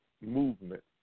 movement